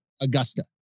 Augusta